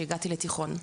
כשהגעתי לתיכון.